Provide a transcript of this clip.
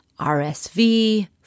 RSV